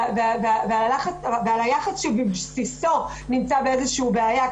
על היחס שבבסיסו נמצא באיזושהי בעיה.